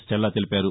Stella తెలిపారు